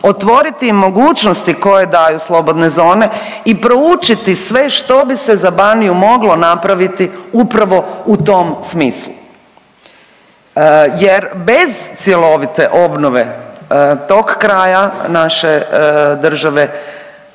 otvoriti mogućnosti koje daju slobodne zone i proučiti sve što bi se za Baniju moglo napraviti upravo u tom smislu. Jer bez cjelovite obnove tog kraja naše države